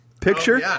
picture